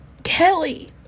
kelly